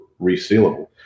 resealable